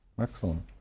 Excellent